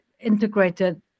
integrated